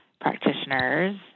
practitioners